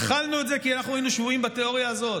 אכלנו את זה כי אנחנו היינו שבויים בתיאוריה הזאת,